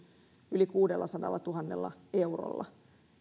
yli kuudellasadallatuhannella eurolla